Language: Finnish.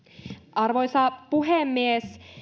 arvoisa puhemies